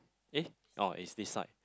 eh oh is this side